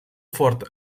fort